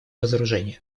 разоружения